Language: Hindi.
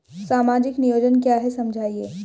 सामाजिक नियोजन क्या है समझाइए?